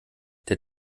der